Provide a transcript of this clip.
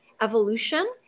evolution